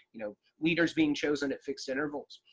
you know, leaders being chosen at fixed intervals?